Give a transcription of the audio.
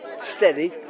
steady